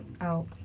out